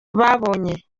babonye